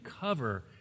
cover